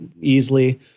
easily